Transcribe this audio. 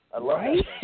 Right